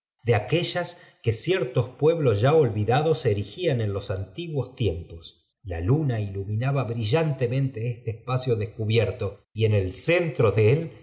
hiele aquellas que ciertos pueblos ya olvidados eriwgían en los antiguos tiempos la luna iluminaba blbrillant emente este espacio descubierto y en el h centro de él